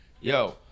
yo